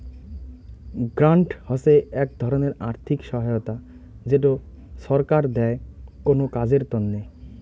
grant হসে এক ধরণের আর্থিক সহায়তা যেটো ছরকার দেয় কোনো কাজের তন্নে